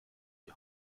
die